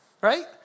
right